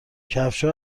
کفشها